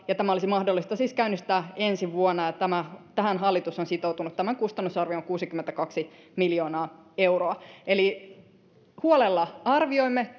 ja tämä olisi mahdollista siis käynnistää ensi vuonna tähän hallitus on sitoutunut tämän kustannusarvio on kuusikymmentäkaksi miljoonaa euroa eli huolella arvioimme